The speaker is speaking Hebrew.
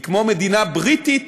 היא כמו מדינה בריטית